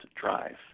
drive